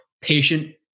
patient